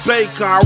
Baker